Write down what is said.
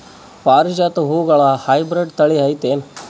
ಪಾರಿಜಾತ ಹೂವುಗಳ ಹೈಬ್ರಿಡ್ ಥಳಿ ಐತೇನು?